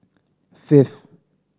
fifth